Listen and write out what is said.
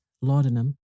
laudanum